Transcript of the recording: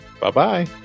Bye-bye